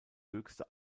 höchste